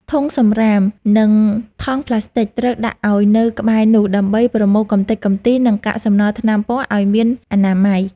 ធុងសម្រាម និងថង់ប្លាស្ទិក ត្រូវដាក់ឱ្យនៅក្បែរនោះ ដើម្បីប្រមូលកម្ទេចកម្ទី និងកាកសំណល់ថ្នាំពណ៌ឱ្យមានអនាម័យ។